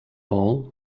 all